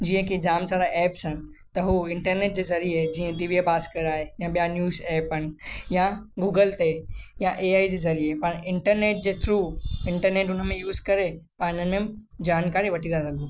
जीअं की जाम सारा ऐप्स आहिनि त उहो इंटरनेट जे ज़रिए जीअं दिव्य भास्कर आहे या ॿियां न्यूज़ ऐप आहिनि या गूगल ते या एआई जे ज़रिए पाण इंटरनेट जे थ्रू इंटरनेट हुन में यूस करे पाण में जानकारी वठी था सघूं